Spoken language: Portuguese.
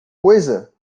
coisa